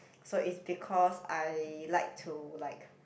so it's because I like to like